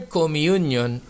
communion